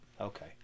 okay